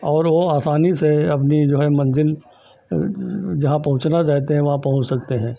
और वह आसानी से अपनी जो है मंज़िल जहाँ पहुँचना चाहते हैं वहाँ पहुँच सकते हैं